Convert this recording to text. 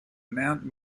mount